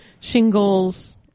shingles